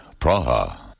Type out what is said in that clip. Praha